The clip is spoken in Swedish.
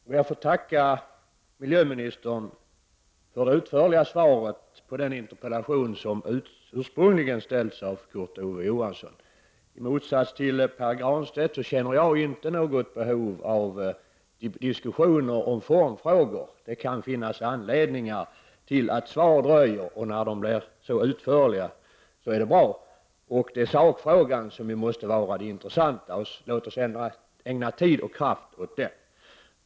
Herr talman! Jag ber att få tacka miljöministern för det utförliga svaret på den interpellation som ursprungligen ställts av Kurt Ove Johansson. I motsats till Pär Granstedt så känner jag inte något behov av diskussioner om formfrågor. Det kan finnas anledningar till att svar dröjer, och när de blir så utförliga som detta är det bra. Det är sakfrågan som måste vara det intressanta. Låt oss ägna tid och kraft åt den.